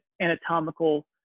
anatomical